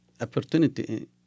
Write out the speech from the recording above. Opportunity